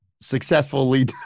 Successfully